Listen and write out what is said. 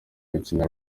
gukina